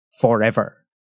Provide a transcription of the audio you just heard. forever